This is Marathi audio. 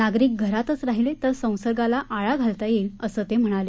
नागरिक घरातच राहिले तर संसर्गाला आळा घालता येईल असं ते म्हणाले